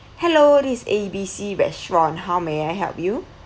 hello is A B C restaurant how may I help you